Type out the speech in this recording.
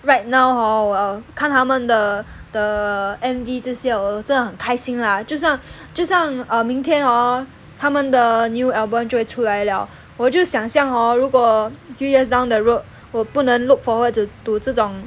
right now hor 我看他们的的 M_V 这些 hor 真的很开心 lah 就像就像明天 hor 他们的 new album 就出来 liao 我就想象 hor 如果 few years down the road 我不能 look forward to 这种